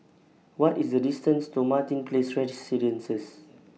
What IS The distance to Martin Place Residences